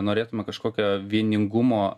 norėtume kažkokio vieningumo